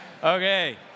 Okay